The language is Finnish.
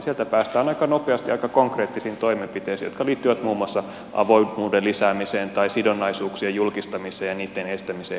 sieltä päästään aika nopeasti aika konkreettisiin toimenpiteisiin jotka liittyvät muun muassa avoimuuden lisäämiseen tai sidonnaisuuksien julkistamiseen ja niitten estämiseen erilaisin keinoin